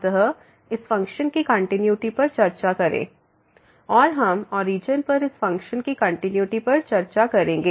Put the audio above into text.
अतः इस फ़ंक्शन की कंटिन्यूटी पर चर्चा करें fxy2x43y4x2y2xy0 0 0 xy 00 और हम ओरिजन पर इस फ़ंक्शन की कंटिन्यूटी पर चर्चा करेंगे